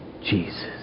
Jesus